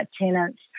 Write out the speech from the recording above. tenants